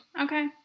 Okay